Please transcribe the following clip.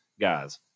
guys